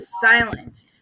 silent